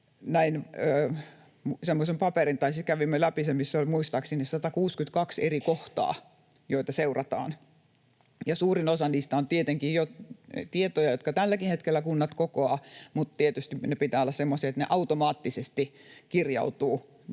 missä oli kunnille muistaakseni 162 eri kohtaa, joita seurataan, ja suurin osa niistä on tietenkin tietoja, joita tälläkin hetkellä kunnat kokoavat, mutta tietysti niiden pitää olla semmoisia, että ne automaattisesti kirjautuvat